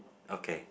okay